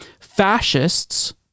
fascists